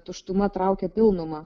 tuštuma traukia pilnumą